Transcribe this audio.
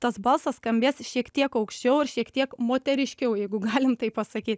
tas balsas skambės šiek tiek aukščiau ir šiek tiek moteriškiau jeigu galim taip pasakyt